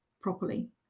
properly